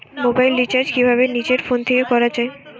Mobile recharge কিভাবে নিজের phone থেকে করা য়ায়?